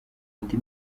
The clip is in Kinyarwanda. indi